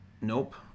Nope